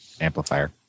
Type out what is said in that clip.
amplifier